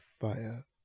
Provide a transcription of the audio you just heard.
fire